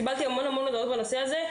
קיבלתי המון המון הודעות בנושא הזה.